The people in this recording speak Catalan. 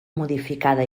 modificada